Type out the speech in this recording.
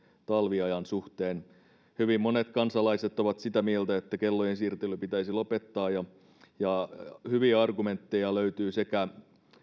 talviajan suhteen hyvin monet kansalaiset ovat sitä mieltä että kellojen siirtely pitäisi lopettaa ja hyviä argumentteja löytyy sekä